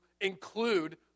include